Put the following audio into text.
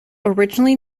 originally